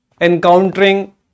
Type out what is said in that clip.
encountering